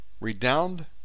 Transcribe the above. redound